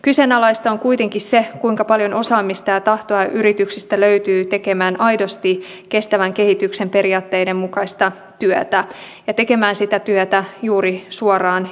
kyseenalaista on kuitenkin se kuinka paljon osaamista ja tahtoa yrityksistä löytyy tekemään aidosti kestävän kehityksen periaatteiden mukaista työtä ja tekemään sitä työtä juuri suoraan ihmisille